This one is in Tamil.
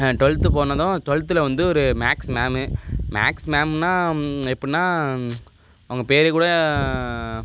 டுவல்த்து போனதும் டுவல்த்தில் வந்து ஒரு மேக்ஸ் மேமு மேக்ஸ் மேம்னா எப்பிடின்னா அவங்க பேர் கூட